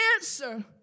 answer